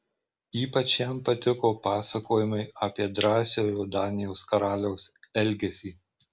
ypač jam patiko pasakojimai apie drąsiojo danijos karaliaus elgesį